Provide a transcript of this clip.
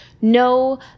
no